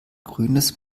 grünes